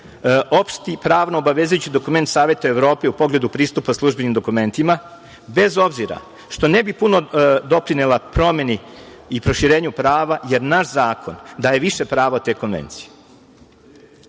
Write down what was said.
opšti pravno obavezujući dokument Saveta Evrope u pogledu pristupa službenim dokumentima, bez obzira što ne bi puno doprinela promeni i proširenju prava, jer naš zakon daje više pravo te konvencije.